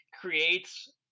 creates